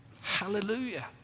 Hallelujah